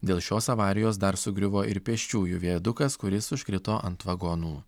dėl šios avarijos dar sugriuvo ir pėsčiųjų viadukas kuris užkrito ant vagonų